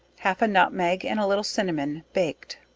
half a nutmeg, and a little cinnamon baked.